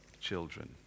Children